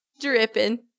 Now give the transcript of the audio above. dripping